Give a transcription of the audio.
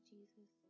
Jesus